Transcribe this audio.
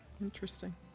interesting